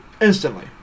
instantly